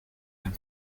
dem